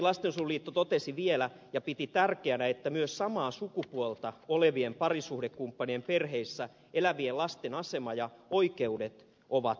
mannerheimin lastensuojeluliitto totesi vielä että se pitää tärkeänä että myös samaa sukupuolta olevien parisuhdekumppanien perheissä elävien lasten asema ja oikeudet ovat turvatut